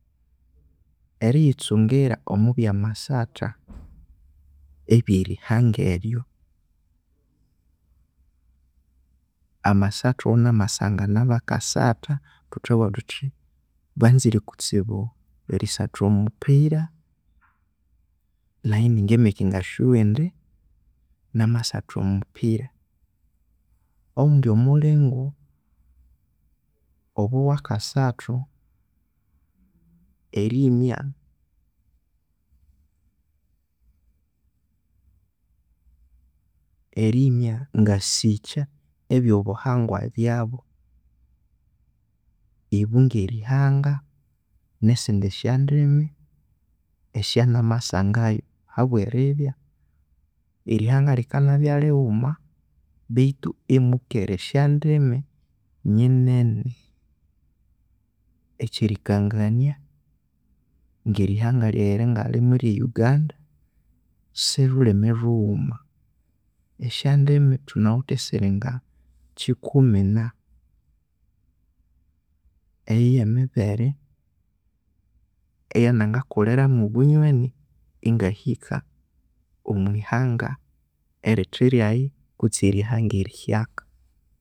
Eriyitsungira omubyamasatha ebyerihanga eryo, amasatha awunamasangana bakasatha thuthabugha thuthi banzire kutsibu erisatha omupira naghe iningimekinga sure indi namasatha omupira, owundi omulingu obo owakasathu erimya erimya ngasikya ebyobuhangwa byabu ebu ngerihanga nesindi sya ndimi esya namasanagayu habweribya, erihanga rikanabya lhighuma bethu emukere esya ndimi nyinene ekyerikangania ngeri hanga ryaghi eryangalhwamo erye Uganda silhulhimu lhughuma esya ndimi thunawithe esiringa kikumi na, emibire eyanangakolheramu obunywani ingahika omwihanga eritheryaghi kutse omwihanga erihyaka.